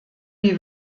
die